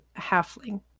halfling